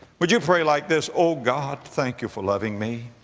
would you pray like this? oh god, thank you for loving me.